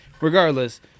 Regardless